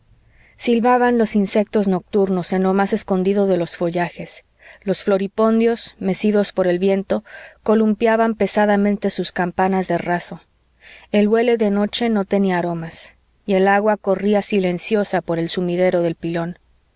silbaban los insectos nocturnos en lo más escondido de los follajes los floripondios mecidos por el viento columpiaban pesadamente sus campanas de raso el huele de noche no tenía aromas y el agua corría silenciosa por el sumidero del pilón